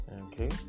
Okay